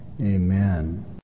amen